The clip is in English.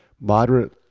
moderate